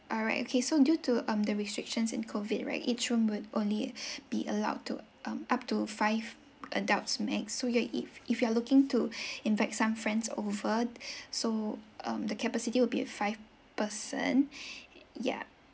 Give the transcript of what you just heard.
alright okay so due to um the restrictions in COVID right each room would only be allowed to um up to five adults max so ya if if you are looking to invite some friends over so um the capacity would be five person yup